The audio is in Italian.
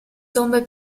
tombe